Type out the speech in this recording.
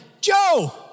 Joe